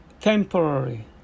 temporary